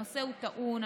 הנושא הוא טעון,